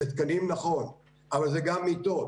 זה תקנים, נכו, אבל זה גם מיטות.